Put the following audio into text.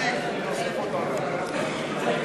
קבוצת סיעת מרצ,